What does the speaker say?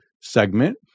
segment